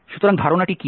সুতরাং ধারণাটি কি